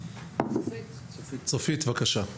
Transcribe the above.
צופית, בבקשה.